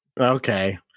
Okay